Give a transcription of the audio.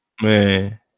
Man